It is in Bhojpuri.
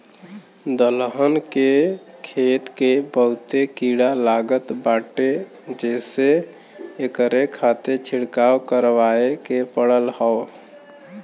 दलहन के खेत के बहुते कीड़ा लागत बाटे जेसे एकरे खातिर छिड़काव करवाए के पड़त हौ